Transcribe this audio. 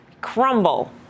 crumble